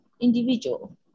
individual